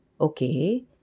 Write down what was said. Okay